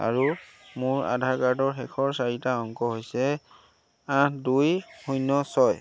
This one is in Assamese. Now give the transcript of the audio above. আৰু মোৰ আধাৰ কাৰ্ডৰ শেষৰ চাৰিটা অংক হৈছে আঠ দুই শূন্য ছয়